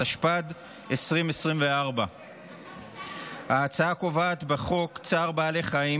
התשפ"ד 2024. ההצעה קובעת בחוק צער בעלי חיים